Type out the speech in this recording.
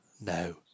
No